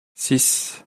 six